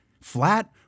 flat